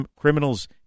criminals